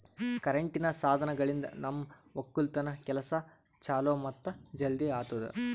ಕರೆಂಟಿನ್ ಸಾಧನಗಳಿಂದ್ ನಮ್ ಒಕ್ಕಲತನ್ ಕೆಲಸಾ ಛಲೋ ಮತ್ತ ಜಲ್ದಿ ಆತುದಾ